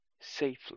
safely